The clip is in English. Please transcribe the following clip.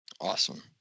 Awesome